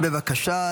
בבקשה.